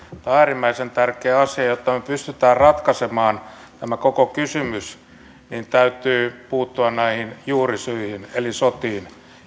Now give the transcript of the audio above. on äärimmäisen tärkeä asia ja jotta me pystymme ratkaisemaan tämän koko kysymyksen niin täytyy puuttua näihin juurisyihin eli sotiin